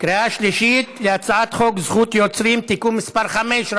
קריאה שלישית להצעת חוק זכות יוצרים (תיקון מס' 5),